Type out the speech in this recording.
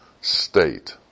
state